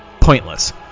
pointless